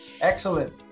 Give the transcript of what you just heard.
Excellent